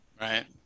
right